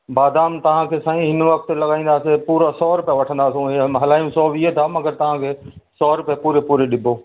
बादाम तव्हांखे साईं हिन वक़्ति तव्हांखे लॻाईंदुसि पूरो सौ रुपया वठांदासि हलायूं सौ वीह था मगर तव्हांखे सौ रुपये पूरे पूरे ॾिॿो